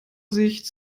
sicht